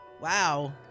Wow